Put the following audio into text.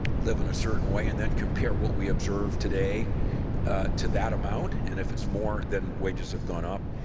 live in a certain way and then compare what we observe today to that amount, and if it's more than wages have gone up,